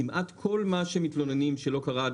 כמעט כל מה שמתלוננים עליו שלא קרה עד